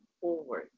forward